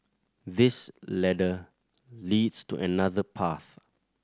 this ladder leads to another path